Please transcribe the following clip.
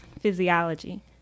physiology